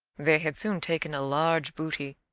they had soon taken a large booty,